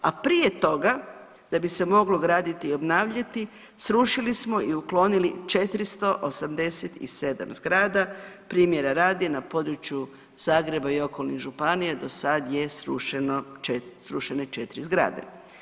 A prije toga da bi se moglo graditi i obnavljati srušili smo i uklonili 487 zgrada primjera radi na području Zagreba i okolnih županija do sad je srušeno, srušene 4 zgrade.